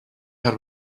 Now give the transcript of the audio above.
had